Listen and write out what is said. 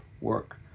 work